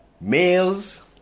males